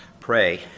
pray